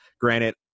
granted